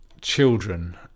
children